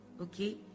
Okay